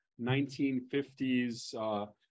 1950s